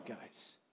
guys